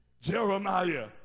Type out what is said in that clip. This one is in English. Jeremiah